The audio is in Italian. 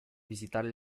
visitare